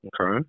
Okay